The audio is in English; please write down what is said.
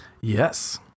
Yes